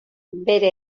bere